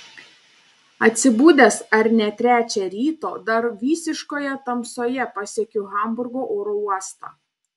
atsibudęs ar ne trečią ryto dar visiškoje tamsoje pasiekiu hamburgo oro uostą